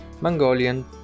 Mongolian